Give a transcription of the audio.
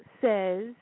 says